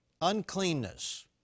uncleanness